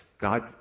God